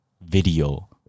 video